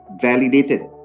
validated